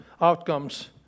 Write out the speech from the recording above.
outcomes